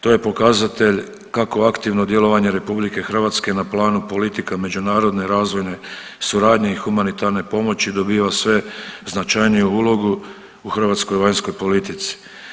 To je pokazatelj kako aktivno djelovanje RH na planu politika međunarodne razvojne suradnje i humanitarne pomoći dobiva sve značajniju ulogu u hrvatskoj vanjskoj politici.